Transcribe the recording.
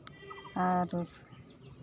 ᱟᱨ